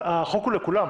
החוק הוא לכולם.